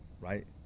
right